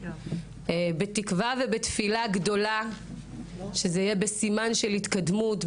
בתקווה ובתפילה גדולה שזה יהיה בסימן של התקדמות,